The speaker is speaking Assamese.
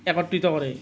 একত্ৰিত কৰে